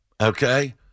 okay